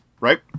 right